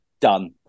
done